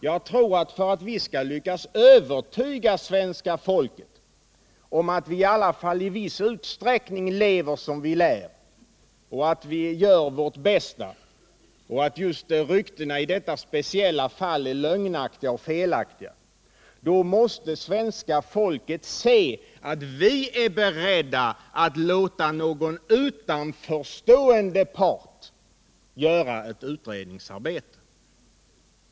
Jag tror att för att vi skalllyckas övertyga svenska folket om att vi ialla fall i viss utsträckning lever som vi lär, all vi gör vårt bästa och att ryktena i detta speciella fall är lögnaktiga och felaktiga, måste svenska folket se att vi är beredda att låta någon utanförstående part göra ett utredningsarbete.